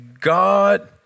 God